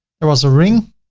there was a ring,